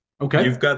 Okay